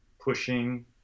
pushing